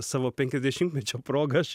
savo penkiasdešimtmečio proga aš